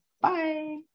Bye